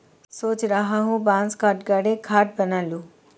सोच रहा हूं बांस काटकर एक खाट बना लूं